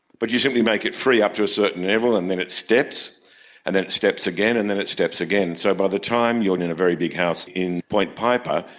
but you simply make it free up to a certain level and then it steps and then it steps again and then it steps again. so by the time you are and in a very big house in point piper,